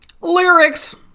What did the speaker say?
lyrics